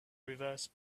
reverse